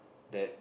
dad